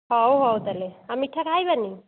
ହଉ ହଉ ତା'ହେଲେ ଆଉ ମିଠା ଖାଇବାନି